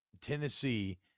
Tennessee